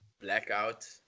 Blackout